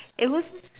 it was